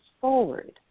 forward